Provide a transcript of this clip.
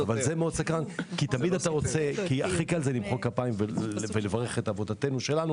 הכי קל למחוא כפיים ולברך על עבודתנו,